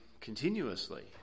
continuously